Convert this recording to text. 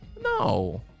no